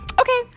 Okay